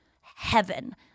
heaven